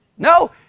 No